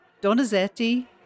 donizetti